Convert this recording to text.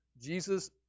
Jesus